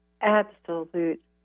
absolute